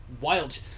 wild